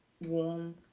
warm